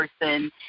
person